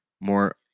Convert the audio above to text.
more